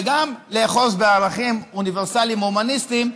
וגם לאחוז בערכים אוניברסליים הומניסטיים,